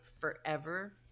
forever